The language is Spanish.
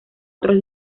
otros